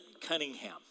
Cunningham